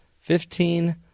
Fifteen